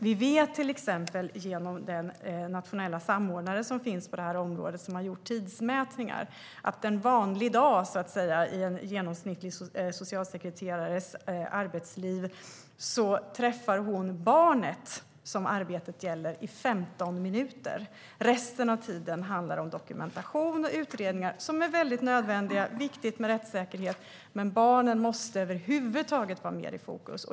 Vi vet till exempel, genom den nationella samordnare som finns på området och som har gjort tidsmätningar, att en genomsnittlig socialsekreterare under en vanlig dag i sitt arbetsliv träffar det barn arbetet gäller i 15 minuter. Resten av tiden handlar om dokumentation och utredningar. Det är väldigt nödvändigt - det är viktigt med rättssäkerhet - men barnen måste över huvud taget vara mer i fokus.